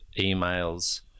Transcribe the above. emails